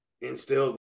instills